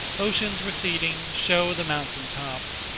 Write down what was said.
oceans receding show the mountain-tops,